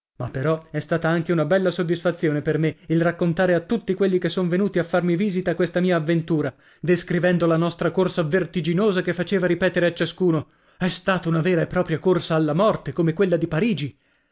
ma però è stata anche una bella soddisfazione per me il raccontare a tutti quelli che son venuti a farmi visita questa mia avventura descrivendo la nostra corsa vertiginosa che faceva ripetere a ciascuno è stata una vera e propria corsa alla morte come quella di parigi